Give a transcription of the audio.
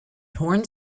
torn